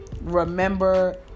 remember